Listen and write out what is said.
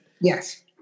Yes